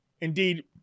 Indeed